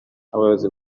abayobozi